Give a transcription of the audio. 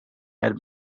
had